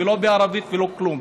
לא בערבית ולא כלום.